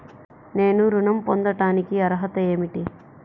నేను ఋణం పొందటానికి అర్హత ఏమిటి?